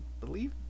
believe